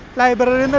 library